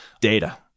data